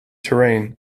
terrain